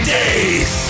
days